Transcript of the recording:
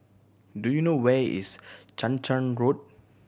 do you know where is Chang Charn Road